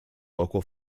local